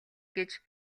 гэж